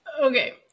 Okay